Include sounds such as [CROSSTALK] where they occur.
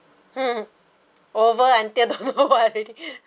hmm over until the [LAUGHS] over already